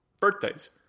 birthdays